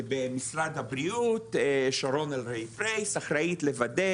במשרד הבריאות שרון אלרעי פרייס אחראית לוודא